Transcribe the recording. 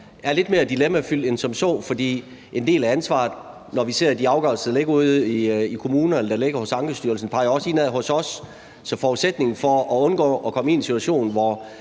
er lidt mere dilemmafyldt end som så, for en del af ansvaret, når vi ser de afgørelser, der ligger ude i kommunerne, eller der ligger hos Ankestyrelsen, vender jo også indad mod os. Så forudsætningen for at undgå at komme i en situation, hvor